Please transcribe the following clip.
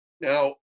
Now